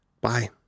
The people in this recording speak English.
Bye